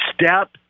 step